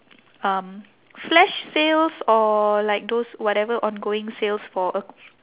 um flash sales or like those whatever ongoing sales for a